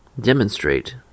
demonstrate